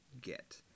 get